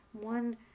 one